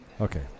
Okay